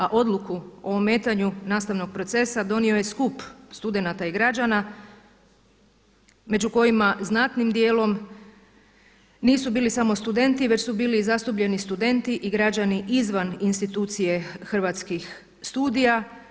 A odluku o ometanju nastavnog procesa donio je skup studenata i građana među kojima znatnim dijelom nisu bili samo studenti, već su bili zastupljeni studenti i građani izvan institucije Hrvatskih studija.